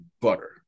butter